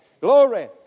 Glory